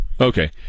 Okay